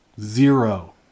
Zero